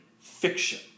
fiction